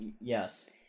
Yes